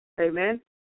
Amen